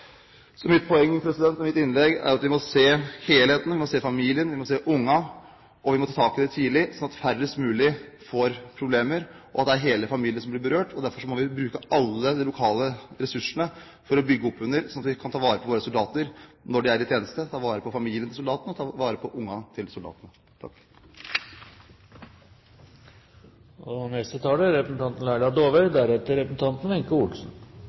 Så mitt poeng i mitt innlegg er at vi må se helheten. Vi må se familien, vi må se ungene, og vi må ta tak i det tidlig, slik at færrest mulig får problemer. Det er hele familien som blir berørt, og derfor må vi bruke alle de lokale ressursene for å bygge opp under og ta vare på våre soldater når de er i tjeneste – ta vare på familien, på ungene, til soldatene. Aller først vil jeg takke representanten Trine Skei Grande for at hun retter søkelyset mot veteranene. Det er en fin inngang representanten